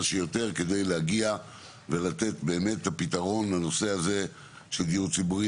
שיותר כדי להגיע ולתת את הפתרון לנושא הזה של דיור ציבורי.